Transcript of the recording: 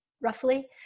roughly